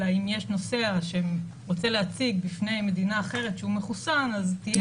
אלא אם יש נוסע שרוצה להציג בפני מדינה אחרת שהוא מחוסן אז תהיה